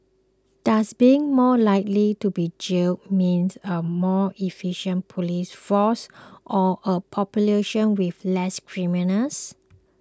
does being more likely to be jailed mean a more efficient police force or a population with less criminals